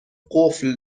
قفل